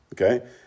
Okay